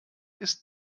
ist